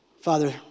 Father